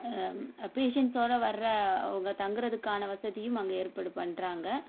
பேஷண்ட்ஸோடு வர்ற அவங்க தங்குறதுக்கான வசதியும் அங்கே ஏற்பாடு பண்ணுறாங்க